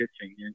pitching